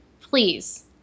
please